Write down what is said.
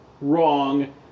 wrong